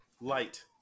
light